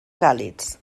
càlids